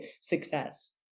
success